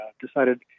decided